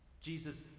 Jesus